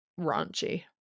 raunchy